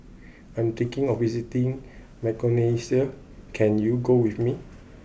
I'm thinking of visiting Micronesia can you go with me